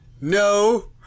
no